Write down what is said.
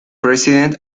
president